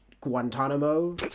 Guantanamo